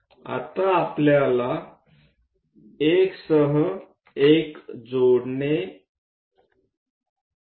आता आपल्याला 1 सह 1 जोडणे आहे